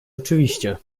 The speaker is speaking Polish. oczywiście